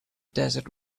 desert